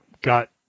got